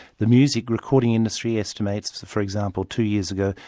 the music recording industry estimates for example two years ago,